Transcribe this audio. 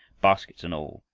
baskets and all,